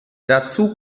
dazu